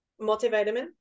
multivitamin